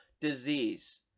disease